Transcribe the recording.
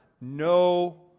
no